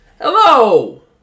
Hello